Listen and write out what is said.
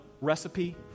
recipe